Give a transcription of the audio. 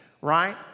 right